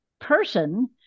person